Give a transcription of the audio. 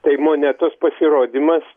tai monetos pasirodymas